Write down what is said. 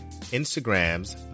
Instagram's